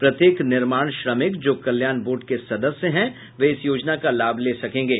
प्रत्येक निर्माण श्रमिक जो कल्याण बोर्ड के सदस्य हैं वे इस योजना का लाभ ले सकेंगे